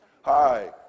hi